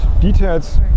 details